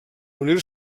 unir